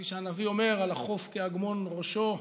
כפי שהנביא אומר: "הלכף כאגמן ראשו",